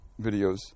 videos